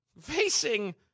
facing